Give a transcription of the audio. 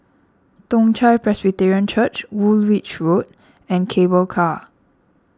Toong Chai Presbyterian Church Woolwich Road and Cable Car